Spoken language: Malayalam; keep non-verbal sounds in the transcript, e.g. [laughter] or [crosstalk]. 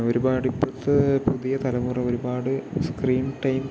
ഒരുപാട് [unintelligible] പുതിയ തലമുറ ഒരുപാട് ഫ്രീ ടൈം